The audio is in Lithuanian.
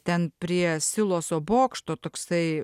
ten prie siloso bokšto toksai